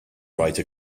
write